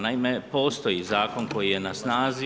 Naime, postoji zakon koji je na snazi.